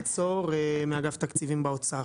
שלום, שמי עשאהל צור, מאגף תקציבים באוצר.